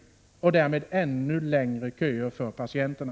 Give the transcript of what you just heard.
Därmed skapas ju ännu längre köer för patienterna.